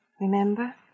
remember